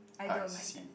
I don't like that